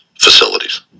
facilities